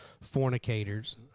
fornicators